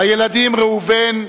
הילדים ראובן,